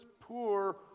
poor